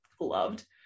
loved